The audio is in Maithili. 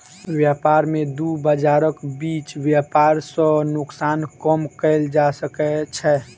व्यापार में दू बजारक बीच व्यापार सॅ नोकसान कम कएल जा सकै छै